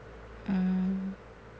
mm